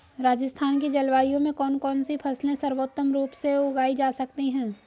राजस्थान की जलवायु में कौन कौनसी फसलें सर्वोत्तम रूप से उगाई जा सकती हैं?